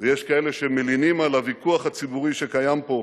ויש כאלה שמלינים על הוויכוח הציבורי שקיים פה,